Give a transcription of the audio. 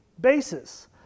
basis